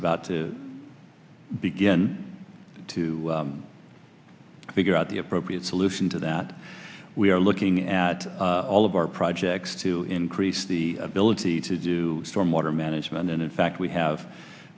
about to begin to figure out the appropriate solution to that we are looking at all of our projects to increase the ability to do storm water management and in fact we